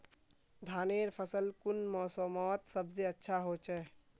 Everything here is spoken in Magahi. धानेर फसल कुन मोसमोत सबसे अच्छा होचे?